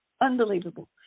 unbelievable